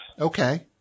Okay